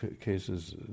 cases